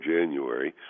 January